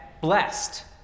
blessed